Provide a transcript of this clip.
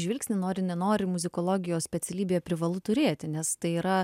žvilgsnį nori nenori muzikologijos specialybėje privalu turėti nes tai yra